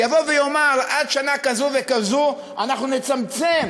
יבוא ויאמר: עד שנה זו וזו אנחנו נצמצם